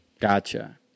gotcha